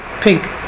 pink